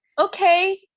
okay